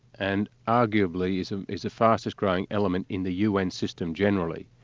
and arguably is and is the fastest growing element in the un system generally.